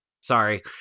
Sorry